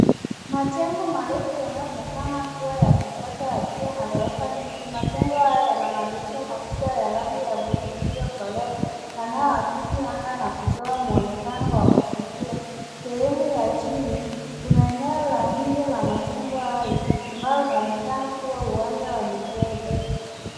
Majengo marefu yanayoonekana kuwa ya kisasa yakiwa na gorofa nyingi. Majengo haya yana madirisha makubwa ya rangi ya bluu iliyokolea yanayoakisi anga na kutoa muonekano wa kuvutia. Sehemu ya chini, kuna eneo la nje la majengo hayo ambayo inaonekana kuwa uwanja wa michezo.